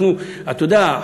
אנחנו, אתה יודע,